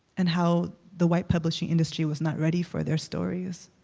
and how the white publishing industry was not ready for their stories,